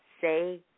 say